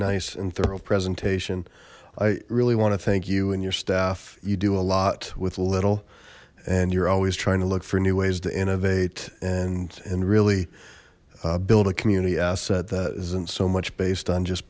nice and thorough presentation i really want to thank you and your staff you do a lot with little and you're always trying to look for new ways to innovate and and really build a community asset that isn't so much based on just